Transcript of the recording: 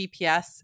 GPS